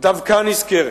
דווקא נזכרת,